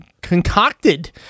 concocted